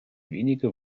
wenige